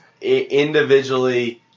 individually